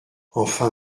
enfin